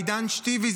עידן שתיוי,